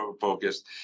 focused